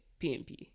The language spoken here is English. PMP